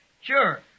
Sure